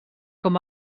com